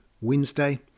Wednesday